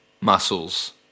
Muscles